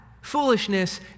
foolishness